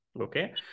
okay